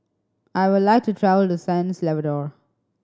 I would like to travel to San Salvador